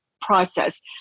process